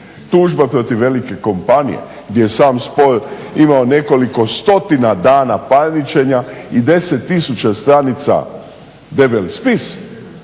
Tužba protiv velikih kompanija gdje je sam spor imao nekoliko stotina dana parničenja i 10 tisuća stranica debeli spis,